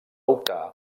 optar